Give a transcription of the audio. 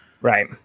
Right